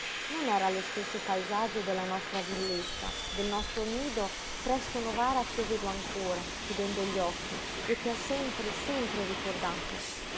non era lo stesso paesaggio della nostra villetta del nostro nido presso novara ch'io vedo ancora chiudendo gli occhi e che ho sempre sempre ricordato